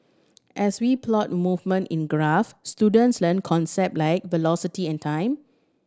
as we plot movement in graphs students learn concept like velocity and time